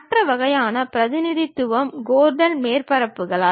மற்ற வகையான பிரதிநிதித்துவம் கோர்டன் மேற்பரப்புகளால்